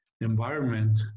environment